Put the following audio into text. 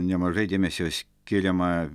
nemažai dėmesio skiriama